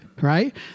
right